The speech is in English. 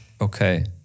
Okay